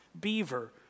Beaver